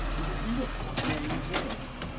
and his lips very red.